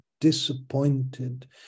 Disappointed